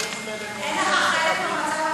אין לך שום חלק במצב הנוכחי?